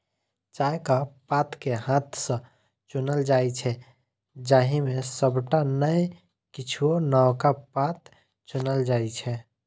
चायक पात कें हाथ सं चुनल जाइ छै, जाहि मे सबटा नै किछुए नवका पात चुनल जाइ छै